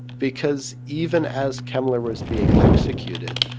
because even as kemmler was being executed,